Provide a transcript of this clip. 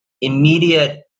immediate